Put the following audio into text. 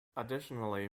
additionally